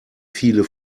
viele